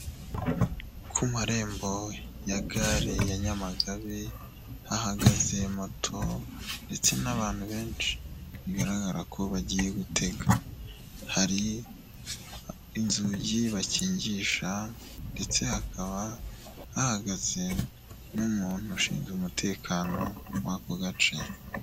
Ku marembo ya gare ya Nyamagabe, hahagaze moto ndetse n'abantu benshi, bigaragara ko bagiye gutega, hari inzugi bakingisha ndetse hakaba, hahagaze n'umuntu ushinzwe umutekano w'ako gace.